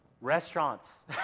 restaurants